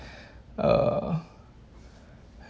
uh